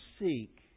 seek